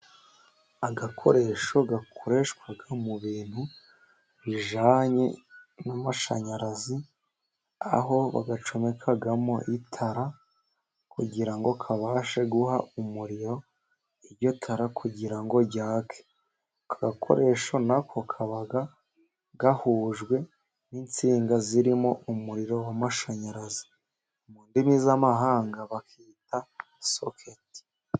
Agakoresho gakoreshwa mu bintu bijyanye n'amashanyarazi, aho bagacomekamo itara kugira kabashe guha umuriro iryo tara kugira ngo ryake. Aka gakoresho na ko kaba gahujwe n'insinga zirimo umuriro w'amashanyarazi, mu ndimi z'amahanga bakita soketi.